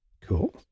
Cool